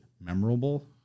memorable